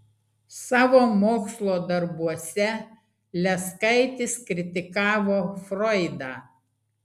savo mokslo darbuose leskaitis kritikavo froidą